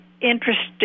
interesting